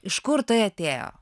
iš kur tai atėjo